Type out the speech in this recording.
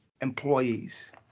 employees